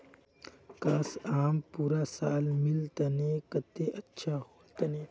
काश, आम पूरा साल मिल तने कत्ते अच्छा होल तने